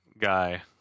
guy